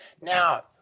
now